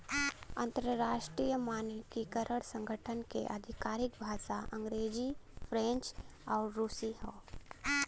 अंतर्राष्ट्रीय मानकीकरण संगठन क आधिकारिक भाषा अंग्रेजी फ्रेंच आउर रुसी हौ